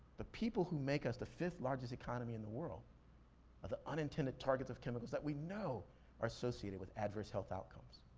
the people who make us the fifth largest economy in the world are the unintended targets of chemicals that we know are associated with adverse health outcomes.